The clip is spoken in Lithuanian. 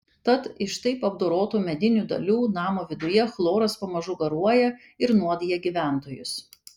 tad iš taip apdorotų medinių dalių namo viduje chloras pamažu garuoja ir nuodija gyventojus